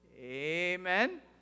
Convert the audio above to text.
Amen